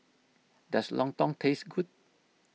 does Lontong taste good